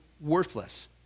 worthless